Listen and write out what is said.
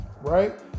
right